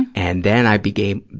and then i became,